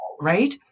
right